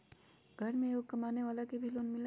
घर में एगो कमानेवाला के भी लोन मिलहई?